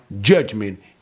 judgment